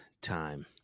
time